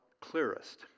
clearest